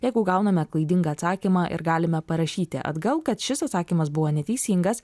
jeigu gauname klaidingą atsakymą ir galime parašyti atgal kad šis atsakymas buvo neteisingas